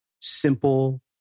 simple